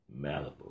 Malibu